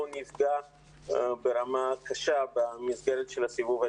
נפגע ברמה קשה במסגרת של הסיבוב הראשון.